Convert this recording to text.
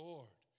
Lord